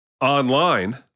online